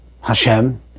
Hashem